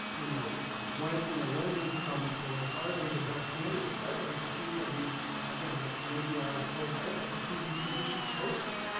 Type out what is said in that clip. you know when you know when these come before us, are they the best candidates, i'd like to see. i mean and again i may be out of place, i'd like to see these positions posted.